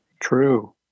True